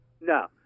No